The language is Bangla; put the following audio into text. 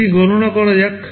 আসুন একটি গণনা করা যাক